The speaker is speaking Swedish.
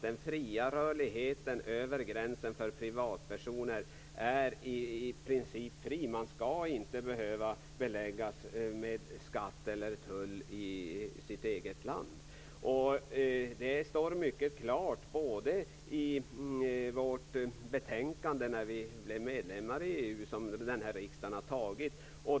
Den fria rörligheten över gränserna för privatpersoner skall i princip gälla. Man skall inte behöva beläggas med skatt eller tull i sitt eget land. Detta stod mycket klart när riksdagen fattade beslut om medlemskapet i EU.